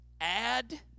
add